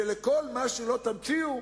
שלכל מה שלא תמציאו,